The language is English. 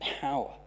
power